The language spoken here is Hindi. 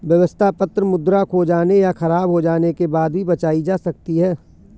व्यवस्था पत्र मुद्रा खो जाने या ख़राब हो जाने के बाद भी बचाई जा सकती है